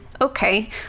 Okay